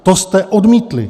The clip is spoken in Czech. To jste odmítli.